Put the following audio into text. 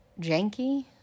janky